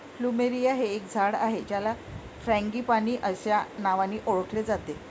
plumeria हे एक झाड आहे ज्याला फ्रँगीपानी अस्या नावानी ओळखले जाते